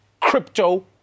crypto